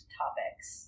topics